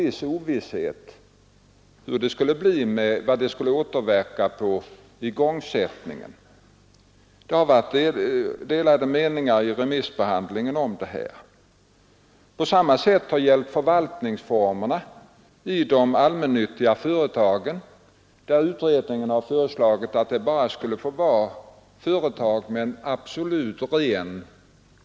Vi har kunnat ge större delen av landets befolkning hyggliga bostäder med bra utrustning. Det säger sig självt att vi under denna, jag vill gärna säga enorma satsning som har skett på bostadssektorn inte har kunnat undvika att göra misstag.